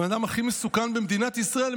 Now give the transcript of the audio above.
הבן אדם הכי מסוכן במדינת ישראל,